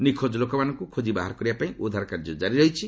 ନିଖୋଜ ଲୋକମାନଙ୍କୁ ଖୋଜି ବାହାର କରିବାପାଇଁ ଉଦ୍ଧାର କାର୍ଯ୍ୟ ଜାରି ରହିଛି